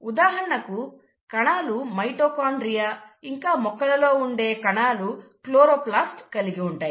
ఉదాహరణకు కణాలు మైటోకాండ్రియా ఇంకా మొక్కలలో ఉండే కణాలు క్లోరోప్లాస్ట్ కలిగి ఉంటాయి